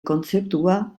kontzeptua